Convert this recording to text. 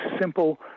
simple